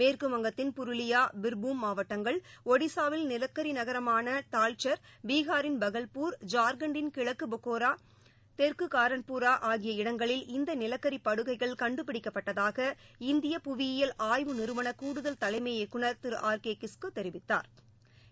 மேற்கு வங்கத்தின் புருலியா பிர்பூம் மாவட்டங்கள் ஒடிசாவில் நிலக்கரிநகரமானடல்செர் பீகாரின் பகல்பூர் ஜார்கண்ட்டின் கிழக்குபொக்காரோ தெற்குகாரன்பூரா ஆகிய இடங்களில் இந்தநிலக்கரிபடுகைகள் கண்டுபிடிக்கப்பட்டதாக இந்திய புவியியல் ஆய்வு நிறுவனகூடுதல் தலைமை இயக்குநர் திரு அர் கேகிஸ்கு தெரிவித்தாா்